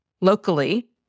locally